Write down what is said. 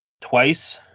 twice